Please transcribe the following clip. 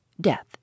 death